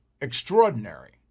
extraordinary